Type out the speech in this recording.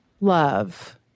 love